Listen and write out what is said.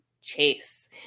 Chase